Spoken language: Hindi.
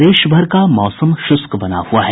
प्रदेश भर का मौसम शुष्क बना हुआ है